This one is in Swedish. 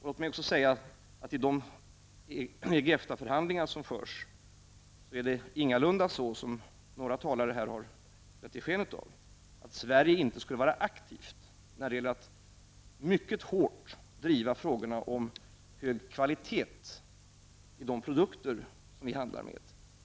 Låt mig också säga att det i de EG/EFTA förhandlingar som förs ingalunda är så som några talare här har givit sken av att Sverige inte skulle vara aktivt när det gäller att mycket hårt driva frågorna om hög kvalitet på de produkter som vi handlar med.